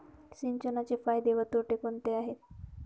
सिंचनाचे फायदे व तोटे कोणते आहेत?